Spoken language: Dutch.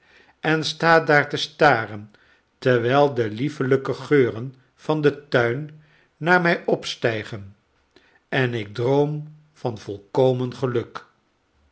en sta daar te star en terwijl de liefelijke geuren van den tuin naar mij opstijgen en ik droom van volkomen geluk